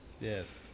Yes